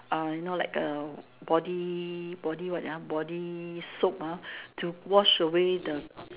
uh you know like a body body what ah body soap to wash away the